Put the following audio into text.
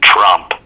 Trump